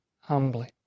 humbly